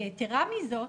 יתרה מזאת,